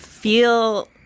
Feel